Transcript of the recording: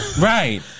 Right